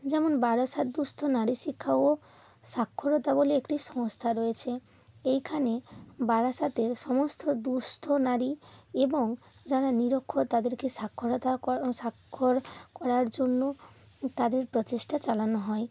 যেমন বারাসাত দুঃস্থ নারী শিক্ষা ও সাক্ষরতা বলে একটি সংস্থা রয়েছে এইখানে বারাসাতের সমস্ত দুঃস্থ নারী এবং যারা নিরক্ষর তাদেরকে সাক্ষরতা সাক্ষর করার জন্য তাদের প্রচেষ্টা চালানো হয়